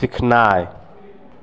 सीखनाइ